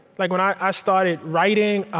like when i started writing,